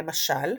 למשל,